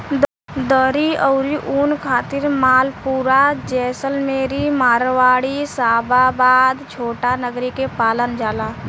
दरी अउरी ऊन खातिर मालपुरा, जैसलमेरी, मारवाड़ी, शाबाबाद, छोटानगरी के पालल जाला